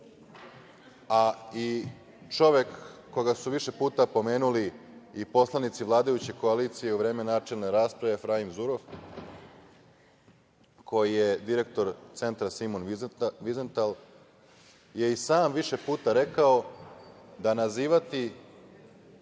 a i čovek koga su više puta pomenuli i poslanici vladajuće koalicije u vreme načelne rasprave Efraim Zurof, koji je direktor Centra „Simon Vizental“ je i sam više puta rekao da nazivati